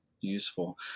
useful